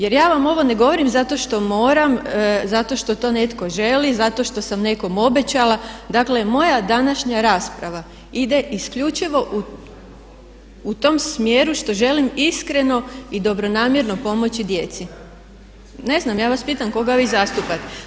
Jer ja vam ovo ne govorim zato što moram, zato što to netko želi, zato što sam nekom obećala dakle moja današnja rasprava ide isključivo u tom smjeru što želim iskreno i dobronamjerno pomoći djeci. … [[Upadica se ne čuje.]] Ne znam, ja vas pitam koga vi zastupate?